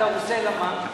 והקרוסלה, מה?